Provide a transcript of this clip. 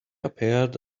appeared